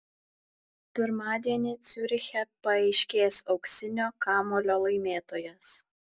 pirmadienį ciuriche paaiškės auksinio kamuolio laimėtojas